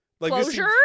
Closure